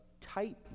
tight